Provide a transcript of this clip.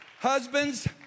Husbands